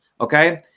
okay